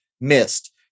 missed